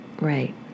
Right